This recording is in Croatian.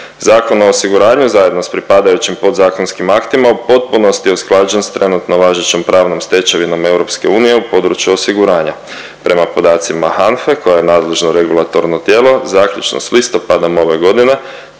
Zakon o osiguranju zajedno s pripadajućim podzakonskim aktima u potpunosti je usklađen s trenutno važećom pravnom stečevinom EU u području osiguranja. Prema podacima HANFE koja je nadležno regulatorno tijelo zaključno s listopadom ove godine